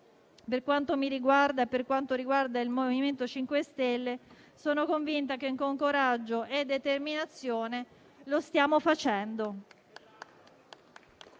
per quanto riguarda me e il MoVimento 5 Stelle, sono convinta che con coraggio e determinazione lo stiamo facendo.